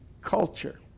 culture